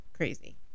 crazy